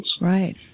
right